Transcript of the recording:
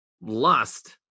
lust